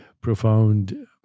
profound